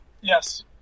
Yes